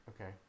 okay